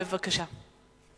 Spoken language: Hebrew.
בבקשה.